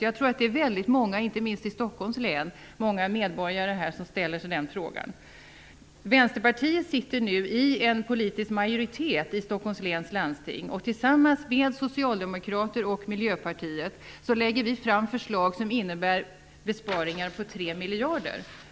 Jag tror att många medborgare, inte minst i Stockholms län, ställer sig den frågan. Vänsterpartiet sitter nu i en politisk majoritet i Stockholms läns landsting, och tillsammans med Socialdemokraterna och Miljöpartiet lägger vi fram förslag som innebär besparingar om 3 miljarder.